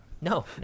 no